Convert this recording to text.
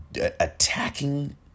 attacking